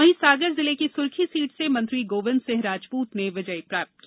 वहीं सागर जिले की सुरखी सीट से मंत्री गोविंद सिंह राजपूत ने विजय प्राप्त की